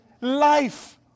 life